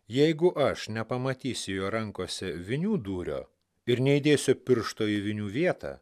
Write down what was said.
jeigu aš nepamatysiu jo rankose vinių dūrio ir neįdėsiu piršto į vinių vietą